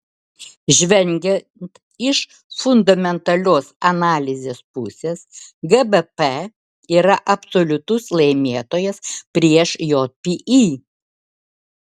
žvelgiant iš fundamentalios analizės pusės gbp yra absoliutus laimėtojas prieš jpy